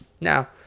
Now